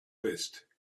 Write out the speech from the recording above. list